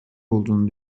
olduğunu